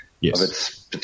yes